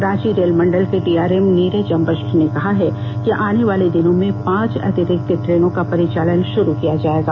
रांची रेलमंडल के डीआरएम नीरज अंबश्ट ने कहा है कि आने वाले दिनों में पांच अतिरिक्त ट्रेनों का परिचालन भाुरू किया जायेगा